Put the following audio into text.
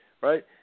right